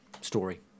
story